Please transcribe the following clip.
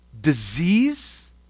disease